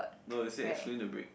no is it extreme to break